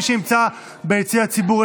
מי שנמצא ביציע הציבור,